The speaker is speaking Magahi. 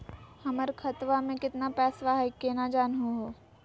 हमर खतवा मे केतना पैसवा हई, केना जानहु हो?